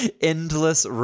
Endless